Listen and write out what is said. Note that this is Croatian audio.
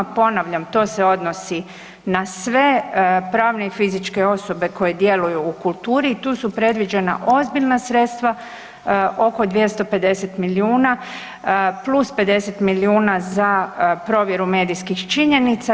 Ponavljam, to se odnosi na sve pravne i fizičke osobe koje djeluju u kulturi i tu su predviđena ozbiljna sredstva oko 250 milijuna, plus 50 milijuna za provjeru medijskih činjenica.